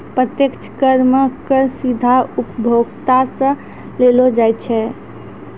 प्रत्यक्ष कर मे कर सीधा उपभोक्ता सं लेलो जाय छै